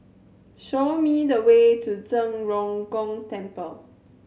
show me the way to Zhen Ren Gong Temple